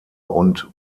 und